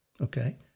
okay